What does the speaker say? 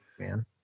man